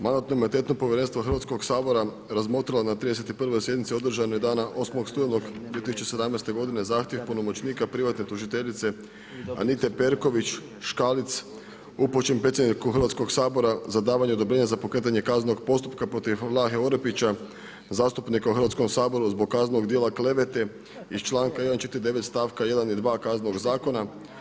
Mandatno-imunitetno povjerenstvo Hrvatskoga sabora razmotrilo je na 31. sjednici održane dana 8. studenog 2017. zahtjeve opunomoćenika privatne tužiteljice Anite Perković Škalic upućenog predsjedniku Hrvatskoga sabora za davanje odobrenja za pokretanje kaznenog postupka protiv Vlahe Orepića, zastupnika u Hrvatskom saboru zbog kaznenog djela klevete iz članka 149. stavka 1. i 2. Kaznenog zakona.